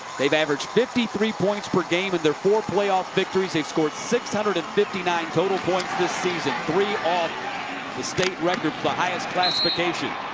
they've averaged fifty three points per game in their four playoff victories. they've scored six hundred and fifty nine total points this season. three off the state record for the highest classification.